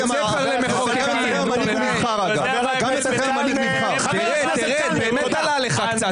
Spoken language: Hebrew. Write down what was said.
באמת עלה לך קצת.